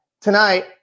tonight